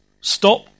Stop